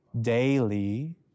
Daily